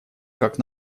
как